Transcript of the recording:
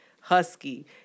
husky